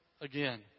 again